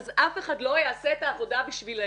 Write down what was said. אז אף אחד לא יעשה את העבודה בשבילן.